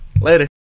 Later